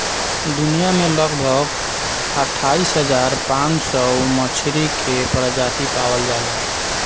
दुनिया में लगभग अट्ठाईस हज़ार पाँच सौ मछरी के प्रजाति पावल जाला